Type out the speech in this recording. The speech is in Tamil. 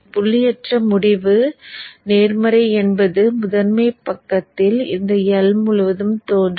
புள்ளியற்ற முடிவு நேர்மறை என்பது முதன்மை பக்கத்தில் இந்த L முழுவதும் தோன்றும்